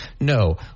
No